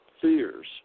fears